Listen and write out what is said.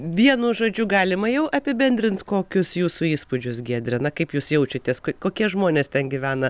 vienu žodžiu galima jau apibendrint kokius jūsų įspūdžius giedre na kaip jūs jaučiatės kokie žmonės ten gyvena